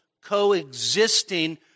co-existing